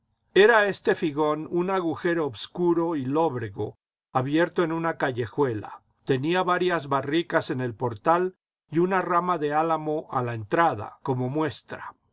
era este figón un agujero obscuro y lóbrego abierto en una callejuela tenía varias barricas en el portal y una rama de álamo a la entrada como muestra